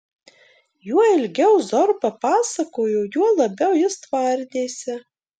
juo ilgiau zorba pasakojo juo labiau jis tvardėsi